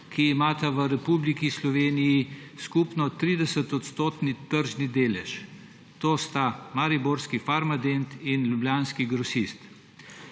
ki imata v Republiki Sloveniji skupno 30-odstotni tržni delež. To sta mariborski Farmadent in ljubljanski LL Grosist.